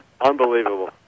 Unbelievable